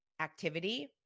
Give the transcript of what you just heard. activity